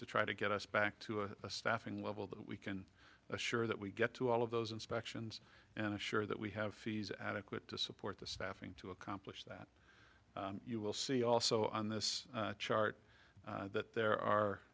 to try to get us back to a staffing level that we can assure that we get to all of those inspections and assure that we have fees adequate to support the staffing to accomplish that you will see also on this chart that there are